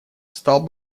стал